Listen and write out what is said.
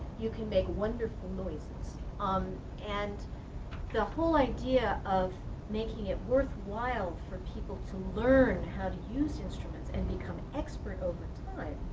you can make wonderful noises um and the whole idea of making it worthwhile for people to learn how to use instruments and become expert all